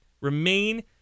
remain